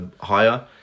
higher